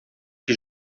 que